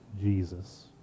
Jesus